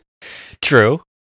true